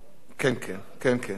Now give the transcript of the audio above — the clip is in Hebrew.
כן, כן.